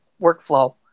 workflow